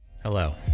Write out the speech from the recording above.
Hello